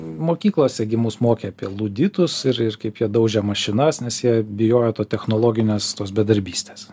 mokyklose gi mus mokė apie luditus ir ir kaip jie daužė mašinas nes jie bijojo to technologines tos bedarbystės